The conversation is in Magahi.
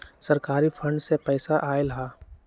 सरकारी फंड से पईसा आयल ह?